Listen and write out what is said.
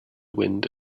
wind